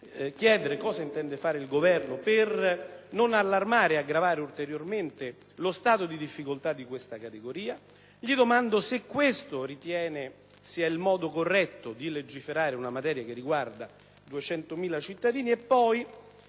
Ministro: cosa intende fare il Governo per non allarmare e aggravare ulteriormente lo stato di difficoltà di questa categoria? Vorrei sapere se ritiene che questo sia il modo corretto per legiferare su una materia che riguarda 200.000 cittadini e poi,